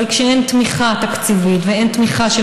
אבל כשאין תמיכה תקציבית ואין תמיכה של